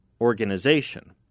organization